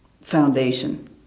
foundation